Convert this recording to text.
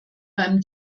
beim